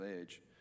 age